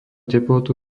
teplotu